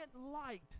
light